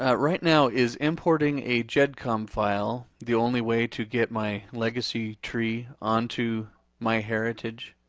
ah right now is importing a gedcom file the only way to get my legacy tree onto myheritage?